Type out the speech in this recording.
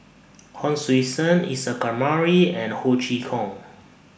Hon Sui Sen Isa Kamari and Ho Chee Kong